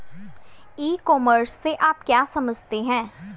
ई commerce से आप क्या समझते हो?